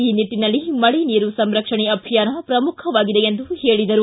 ಈ ನಿಟ್ಟನಲ್ಲಿ ಮಳೆ ನೀರು ಸಂರಕ್ಷಣೆ ಅಭಿಯಾನ ಪ್ರಮುಖವಾಗಿದೆ ಎಂದು ಹೇಳಿದರು